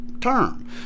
term